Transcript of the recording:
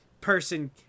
person